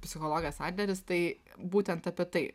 psichologas adleris tai būtent apie tai